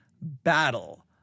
battle